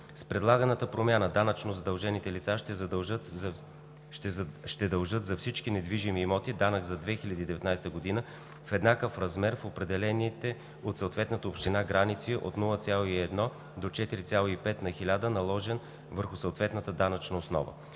С предлаганата промяна данъчно задължените лица ще дължат за всички недвижими имоти данък за 2019 г. в еднакъв размер в определените от съответната община граници от 0,1 до 4,5 на хиляда наложен върху съответната данъчна основа.